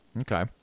Okay